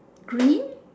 green